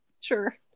Sure